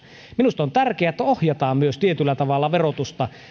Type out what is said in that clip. minusta on tärkeää että ohjataan myös tietyllä tavalla verotusta